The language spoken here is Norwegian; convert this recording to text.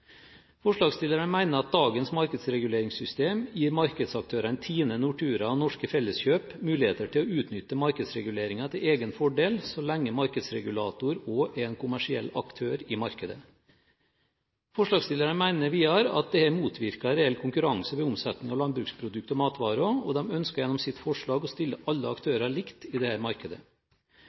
Forslagsstillerne mener at dagens markedsreguleringssystem gir markedsaktørene TINE, Nortura og Norske Felleskjøp muligheter til å utnytte markedsreguleringen til egen fordel så lenge markedsregulator også er en kommersiell aktør i markedet. Forslagsstillerne mener videre at dette motvirker reell konkurranse ved omsetning av landbruksprodukter og matvarer, og de ønsker gjennom sitt forslag å stille alle aktører likt i dette markedet.